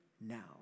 now